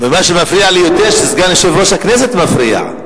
ומה שמפריע לי יותר זה שסגן יושב-ראש הכנסת מפריע.